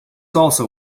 also